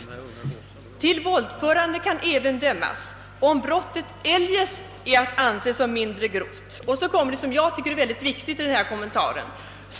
Till våldförande kan även dömas, om brottet eljest är att anse som mindre grovt.» — Sedan kommer det som jag tycker är mycket viktigt i denna kommentar.